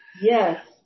Yes